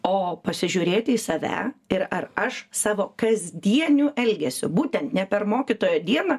o pasižiūrėti į save ir ar aš savo kasdieniu elgesiu būtent ne per mokytojo dieną